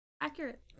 Accurate